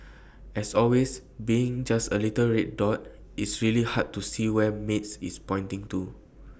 as always being just the little red dot it's really hard to see where maid is pointing to